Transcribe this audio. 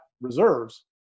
reserves